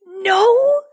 No